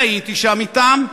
והייתי שם אתם,